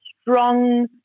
strong